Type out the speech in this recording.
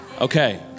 Okay